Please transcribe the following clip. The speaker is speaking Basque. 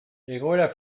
egoera